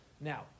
Now